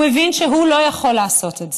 הוא הבין שהוא לא יכול לעשות את זה.